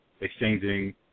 exchanging